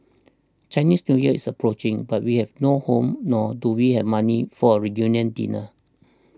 Chinese New Year is approaching but we have no home nor do we have money for a reunion dinner